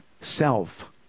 Self